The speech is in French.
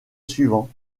suivant